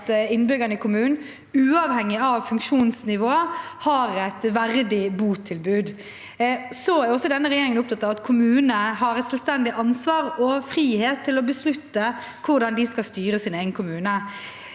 at innbyggerne i kommunen, uavhengig av funksjonsnivå, har et verdig botilbud. Denne regjeringen er også opptatt av at kommunene har et selvstendig ansvar og frihet til å beslutte hvordan de skal styre sin egen kommune.